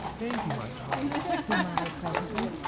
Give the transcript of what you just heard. thank you, my child, he murmured, presently.